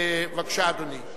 בבקשה, אדוני.